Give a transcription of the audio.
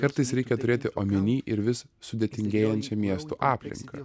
kartais reikia turėti omeny ir vis sudėtingėjančią miestų aplinką